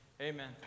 Amen